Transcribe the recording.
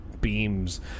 beams